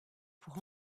pour